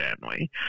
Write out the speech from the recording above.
family